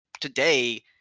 today